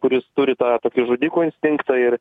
kuris turi tokį žudiko instinktą ir